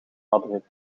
madrid